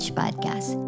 podcast